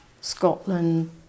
Scotland